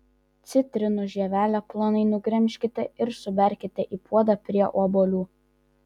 citrinų žievelę plonai nugremžkite ir suberkite į puodą prie obuolių